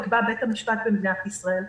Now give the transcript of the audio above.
יקבע בית המשפט במדינת ישראל.